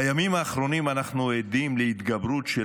בימים האחרונים אנחנו עדים להתגברות של